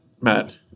Matt